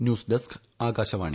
news desk Akashvani